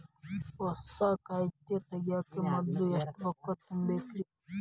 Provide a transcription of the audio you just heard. ಹೊಸಾ ಖಾತೆ ತಗ್ಯಾಕ ಮೊದ್ಲ ಎಷ್ಟ ರೊಕ್ಕಾ ತುಂಬೇಕ್ರಿ?